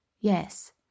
Yes